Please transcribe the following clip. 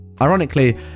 Ironically